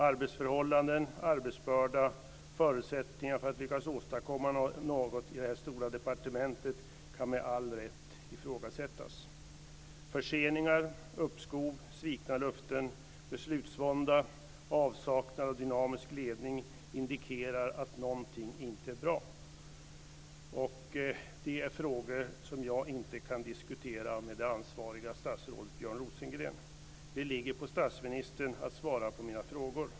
Arbetsförhållanden, arbetsbörda och förutsättningar för att lyckas åstadkomma något i det här stora departementet kan med all rätt ifrågasättas. Förseningar, uppskov, svikna löften, beslutsvånda och avsaknad av dynamisk ledning indikerar att någonting inte är bra. Detta är frågor som jag inte kan diskutera med det ansvariga statsrådet Björn Rosengren. Det ligger på statsministern att svara på mina frågor.